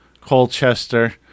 Colchester